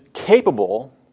capable